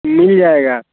मिल जाएगा